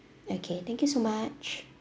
okay thank you so much